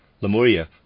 Lemuria